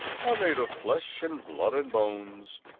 are made of flesh and blood and bones.